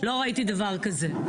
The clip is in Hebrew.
לא ראיתי דבר כזה,